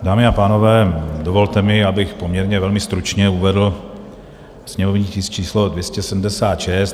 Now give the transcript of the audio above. Dámy a pánové, dovolte mi, abych poměrně velmi stručně uvedl sněmovní tisk číslo 276.